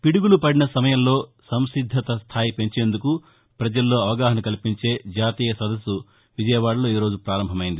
పిదుగులు పదిన సమయంలో సంసిద్దత స్థాయి పెంచేందుకు ప్రజల్లో అవగాహన కల్పించే జాతీయ సదస్సు విజయవాదలో ఈరోజు ప్రారంభం అయ్యింది